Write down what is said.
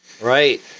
right